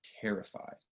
terrified